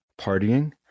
partying